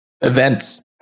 events